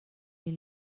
mil